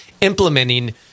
implementing